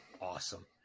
awesome